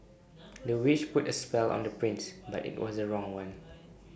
the witch put A spell on the prince but IT was the wrong one